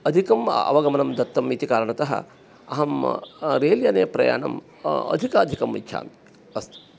अधिकं अवगमनं दत्तम् इति कारणतः अहं रेल् याने प्रयाणं अधिकाधिकम् इच्छामि अस्तु